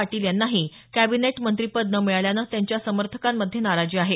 पाटील यांनाही कॅबिनेट मंत्रीपद न मिळाल्यानं त्यांच्या समर्थकांमध्ये नाराजी आहे